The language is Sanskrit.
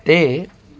ते